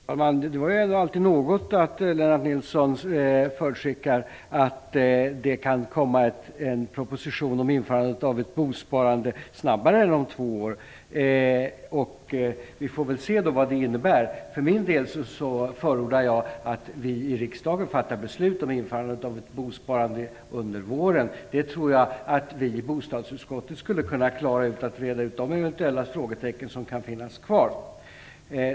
Herr talman! Det var alltid något, att Lennart Nilsson förutskickar att det kan komma en proposition om införande av ett bosparande snabbare än om två år. Vi får väl se vad det innebär. För min del förordar jag att vi i riksdagen fattar beslut om införande av ett bosparande under våren. Jag tror att vi i bostadsutskottet kan klara av att räta ut de frågetecken som eventuellt kan finnas kvar.